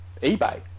eBay